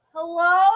Hello